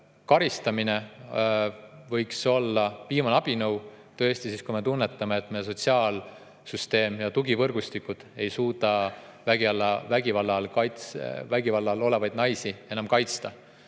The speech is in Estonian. karistamine võiks olla viimane abinõu, siis kui me tunnetame, et meie sotsiaalsüsteem ja tugivõrgustikud ei suuda vägivalla all olevaid naisi enam kaitsta.